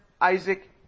Isaac